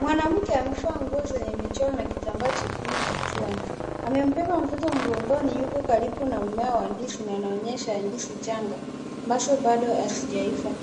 Mwanamke amevaa nguo zenye michoro na kitambaa chekundu kichwani, amembeba mtoto mgongoni yuko karibu na mmea wa ndizi na anaonyesha ndizi changa ambazo bado hazijaiva,